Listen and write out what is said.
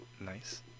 nice